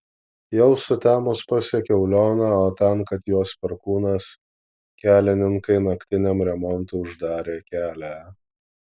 jau sutemus pasiekiau lioną o ten kad juos perkūnas kelininkai naktiniam remontui uždarė kelią